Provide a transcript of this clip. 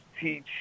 teach